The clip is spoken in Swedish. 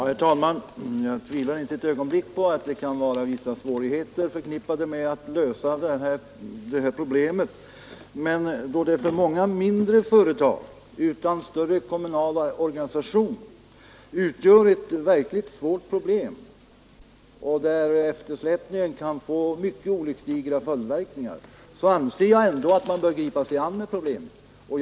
Herr talman! Jag tvivlar inte ett ögonblick på att vissa svårigheter kan vara förknippade med lösningen av detta problem. Men då det för många mindre fö ligt svårt problem och eftersläpningen där kan få mycket ödesdigra följdverkningar, anser jag att man måste gripa sig an med problemets lösning.